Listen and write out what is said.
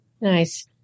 Nice